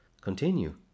Continue